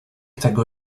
tego